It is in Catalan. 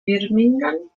birmingham